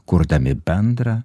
kurdami bendrą